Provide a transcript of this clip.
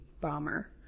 bomber